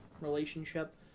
relationship